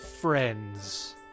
friends